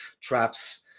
traps